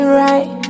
right